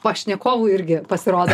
pašnekovų irgi pasirodo